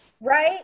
right